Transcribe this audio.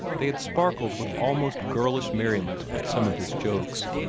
they had sparkled with almost girlish merriment at some of his jokes.